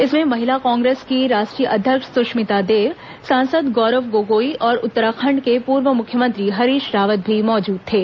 इसमें महिला कांग्रेस की राष्ट्रीय अध्यक्ष सुष्मिता देव सांसद गौरव गोगई और उत्तराखंड के पूर्व मुख्यमंत्री हरीश रावत भी मौजूद थे